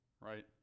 right